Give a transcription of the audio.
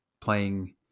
playing